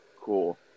Cool